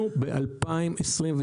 אנחנו ב-2022,